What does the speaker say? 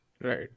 Right